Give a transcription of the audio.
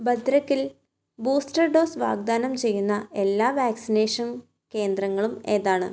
ഭദ്രകിൽ booster dose വാഗ്ദാനം ചെയ്യുന്ന എല്ലാ വാക്സിനേഷൻ കേന്ദ്രങ്ങളും ഏതാണ്